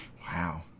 Wow